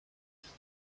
ist